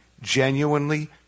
genuinely